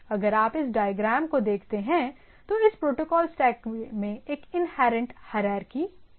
अगर आप इस डायग्राम को देखते हैं तो इस प्रोटोकॉल स्टैक में एक इन्हेरेंट हायरारकी है